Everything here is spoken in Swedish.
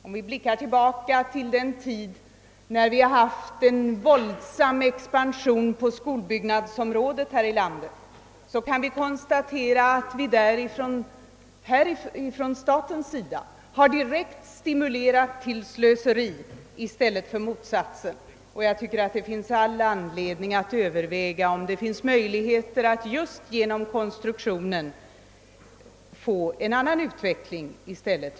Om vi blickar tillbaka till den tid då vi har haft en våldsam expansion på skolbyggnadsområdet här i landet, kan vi konstatera att staten har direkt stimulerat till slöseri i stället för till motsatsen. Det finns all anledning att överväga om det finns möjligheter att just genom konstruktionen åstadkomma en annan utveckling än denna.